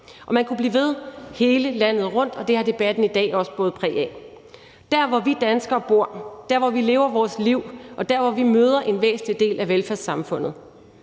Man kunne blive ved hele landet rundt, og det har debatten i dag også båret præg af. Der, hvor vi danskere bor, dér, hvor vi lever vores liv, og dér, hvor vi møder en væsentlig del af velfærdssamfundet,